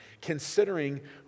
considering